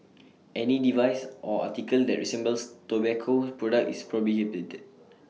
any device or article that resembles tobacco products is prohibited